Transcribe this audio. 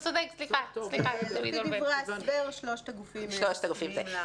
לפי דברי ההסבר, שלושת הגופים מסכימים.